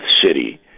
city